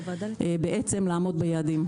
בעצם לעמוד ביעדים.